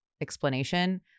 explanation